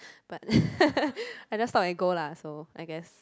but I just stop and go lah so I guess